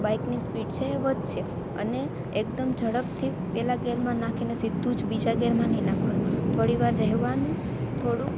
બાઈકની speed છે એ વધશે અને એકદમ ઝડપથી પહેલાં ગેરમાં નાખીને સીધું જ બીજા ગેરમાં નહીં નાખવાનું થોડી વાર રહેવાનું થોડું